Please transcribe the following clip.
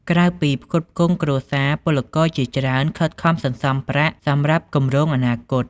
ក្រៅពីផ្គត់ផ្គង់គ្រួសារ ពលករជាច្រើនខិតខំសន្សំប្រាក់សម្រាប់គម្រោងអនាគត។